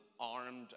armed